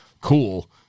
Cool